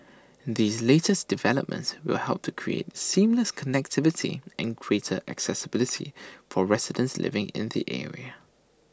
these latest developments will help to create seamless connectivity and greater accessibility for residents living in the area